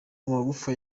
amagufa